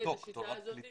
- ותיישם את השיטה הזאת.